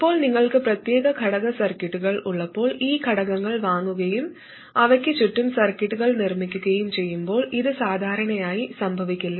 ഇപ്പോൾ നിങ്ങൾക്ക് പ്രത്യേക ഘടക സർക്യൂട്ടുകൾ ഉള്ളപ്പോൾ ഈ ഘടകങ്ങൾ വാങ്ങുകയും അവയ്ക്ക് ചുറ്റും സർക്യൂട്ടുകൾ നിർമ്മിക്കുകയും ചെയ്യുമ്പോൾ ഇത് സാധാരണയായി സംഭവിക്കില്ല